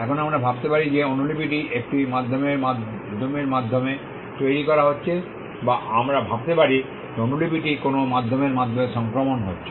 এখন আমরা ভাবতে পারি যে অনুলিপিটি একটি মাধ্যমের মাধ্যমে তৈরি করা হচ্ছে বা আমরা ভাবতে পারি যে অনুলিপিটি কোনও মাধ্যমের মাধ্যমে সংক্রমণ হচ্ছে